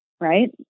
right